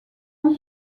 ont